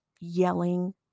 yelling